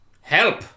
Help